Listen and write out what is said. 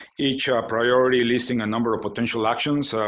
each ah priority listing a number of potential actions.